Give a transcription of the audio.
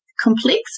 complex